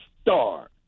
star